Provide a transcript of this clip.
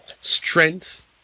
strength